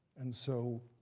and so